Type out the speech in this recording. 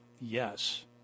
yes